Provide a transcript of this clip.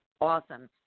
awesome